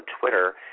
Twitter